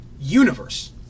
universe